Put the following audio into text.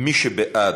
מי שבעד,